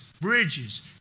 bridges